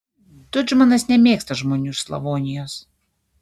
tudžmanas nemėgsta žmonių iš slavonijos